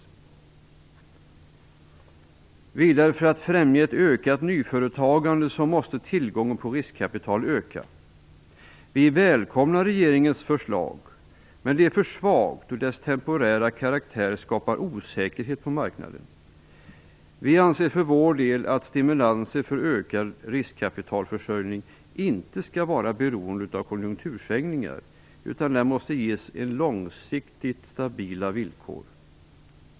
För att främja ett ökat nyföretagande måste tillgången på riskkapital öka. Vi välkomnar regeringens förslag, men det är för svagt och dess temporära karaktär skapar osäkerhet på marknaden. Vi anser för vår del att stimulanser för ökad riskkapitalförsörjning inte skall vara beroende av konjunktursvängningar. Den måste ges långsiktigt stabila villkor.